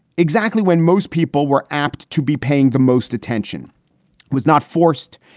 exactly when most people were apt to be paying the most attention was not forced.